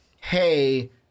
hey